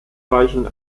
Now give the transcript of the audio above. weichen